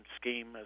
scheme